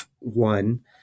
one